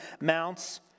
mounts